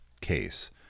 case